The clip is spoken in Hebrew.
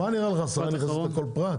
מה נראה לך, השרה נכנסת לכל פרט?